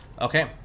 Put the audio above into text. Okay